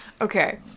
Okay